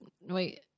Wait